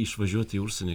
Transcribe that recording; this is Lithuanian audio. išvažiuoti į užsienį